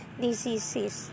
diseases